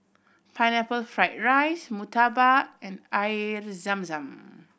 Pineapple Fried rice murtabak and Air Zam Zam